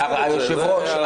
היושב-ראש,